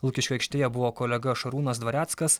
lukiškių aikštėje buvo kolega šarūnas dvareckas